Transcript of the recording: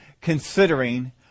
Considering